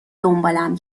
دنبالم